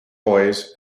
boys